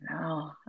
no